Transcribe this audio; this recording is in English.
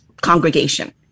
congregation